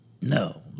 No